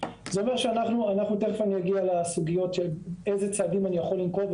תיכף אני אגיע לסוגיות של איזה צעדים אני יכול לנקוט,